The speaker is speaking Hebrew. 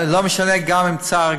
לא משנה גם אם צר.